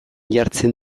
jartzen